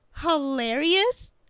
hilarious